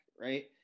Right